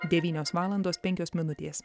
devynios valandos penkios minutės